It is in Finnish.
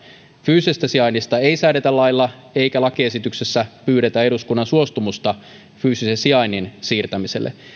fyysisestä sijainnista ei säädetä lailla eikä lakiesityksessä pyydetä eduskunnan suostumusta fyysisen sijainnin siirtämiselle